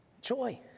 joy